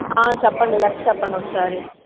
చెప్పండి లెక్క చెప్పండి ఒకసారి